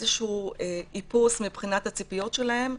איזשהו איפוס מבחינת הציפיות שלהם,